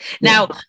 Now